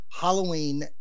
halloween